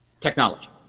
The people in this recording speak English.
Technology